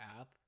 app